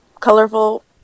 colorful